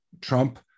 Trump